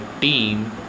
team